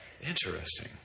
Interesting